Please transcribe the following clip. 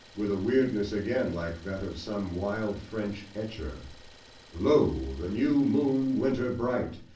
with a weirdness, again, like that of some wild french etcher lo! the new-moon winter-bright!